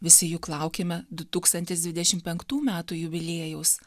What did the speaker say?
visi juk laukiame du tūkstantis dvidešimt penktų metų jubiliejaus